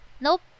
Nope